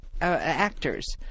actors